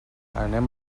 anem